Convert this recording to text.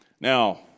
Now